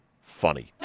funny